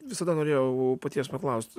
visada norėjau paties paklaust